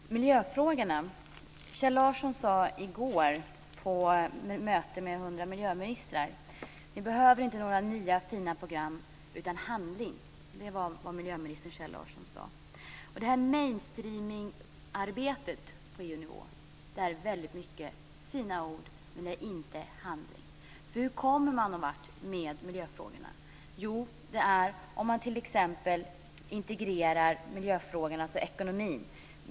Fru talman! Beträffande miljöfrågorna sade Kjell Larsson i går vid ett möte med 100 miljöministrar: Vi behöver inte några nya fina program utan handling. Detta mainstraming-arbete på EU-nivå är mycket fina ord, men det är inte handling. Hur kommer man någon vart med miljöfrågorna? Jo, det är om man t.ex. integrerar miljöfrågornas ekonomi.